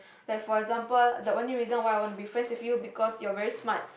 like for example the only reason why I wanna be friends with you because you're very smart